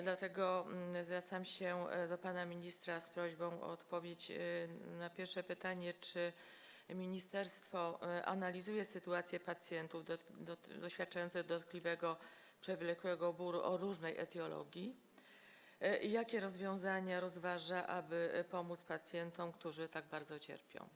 Dlatego zwracam się do pana ministra z prośbą o odpowiedź na pierwsze pytanie: Czy ministerstwo analizuje sytuację pacjentów doświadczających dotkliwego przewlekłego bólu, o różnej etiologii, i jakie rozwiązania rozważa, aby pomóc pacjentom, którzy tak bardzo cierpią?